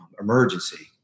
emergency